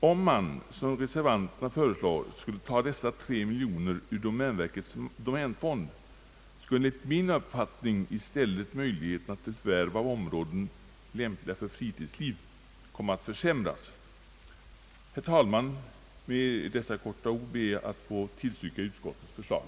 Om man, som reservanterna föreslår, skulle ta dessa 3 miljoner ur domänverkets markfond, skulle enligt min uppfattning i stället möjligheterna till förvärv av områden lämpliga för fritidsliv försämras. Herr talman! Med detta korta anförande ber jag att få tillstyrka utskottets förslag.